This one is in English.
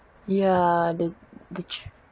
ya the tr~